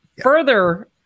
further